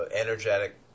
energetic